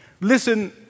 Listen